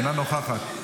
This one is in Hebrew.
אינה נוכחת,